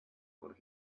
what